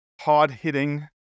hard-hitting